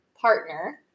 partner